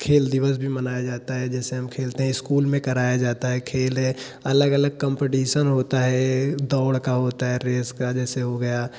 खेल दिवस भी मनाया जाता है जैसे हम खेलते हैं स्कूल में कराया जाता है खेल है अलग अलग कंपिटीसन होता है दौड़ का होता है रेस का जैसे हो गया